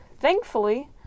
Thankfully